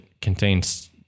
contains